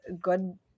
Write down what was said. good